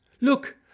look